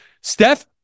Steph